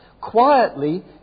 quietly